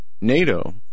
NATO